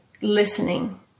listening